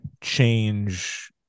change